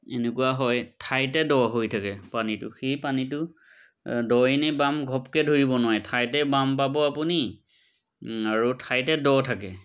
এনেকুৱা হয় ঠাইতে দ হৈ থাকে পানীটো সেই পানীটো দই নে বাম ঘপকৈ ধৰিব নোৱাৰে ঠাইতে বাম পাব আপুনি আৰু ঠাইতে দ থাকে